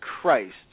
Christ